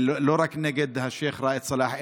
לא רק נגד השייח' ראאד סלאח,